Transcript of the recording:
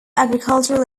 agricultural